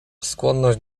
skłonność